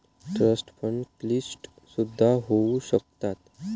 trust fund क्लिष्ट सिद्ध होऊ शकतात